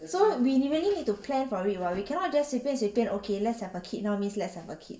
so we really need to plan for it [what] we cannot just 随便随便 okay let's have a kid now means let's have a kid